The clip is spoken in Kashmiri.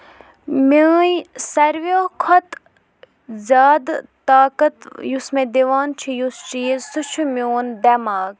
میٲنۍ سارویو کھۄتہٕ زیادٕ طاقت یُس مےٚ دِوان چھُ یُس چیٖز سُہ چھُ میوٚن دٮ۪ماغ